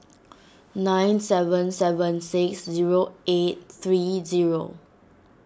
nine seven seven six zero eight three zero